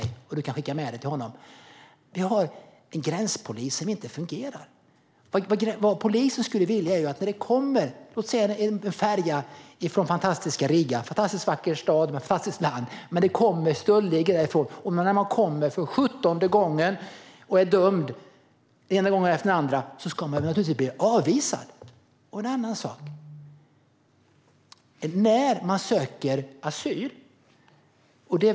Statsrådet kan skicka med frågan till honom. Gränspolisen fungerar inte. Vad polisen skulle vilja är att ha befogenheter när det exempelvis kommer en färja från Riga. Riga är en fantastiskt vacker stad och ligger i ett fantastiskt land, men det kommer stöldligor därifrån. När man kommer för 17:e gången och är dömd den ena gången efter den andra ska man naturligtvis bli avvisad. Ytterligare en sak handlar om när man söker asyl.